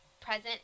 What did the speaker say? present